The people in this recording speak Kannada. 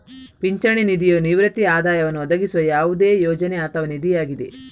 ಪಿಂಚಣಿ ನಿಧಿಯು ನಿವೃತ್ತಿ ಆದಾಯವನ್ನು ಒದಗಿಸುವ ಯಾವುದೇ ಯೋಜನೆ ಅಥವಾ ನಿಧಿಯಾಗಿದೆ